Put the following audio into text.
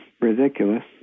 ridiculous